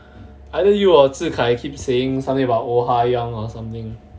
either you or zi kai keep saying something about oh hayoung or something